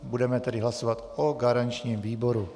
Budeme tedy hlasovat o garančním výboru.